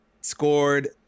scored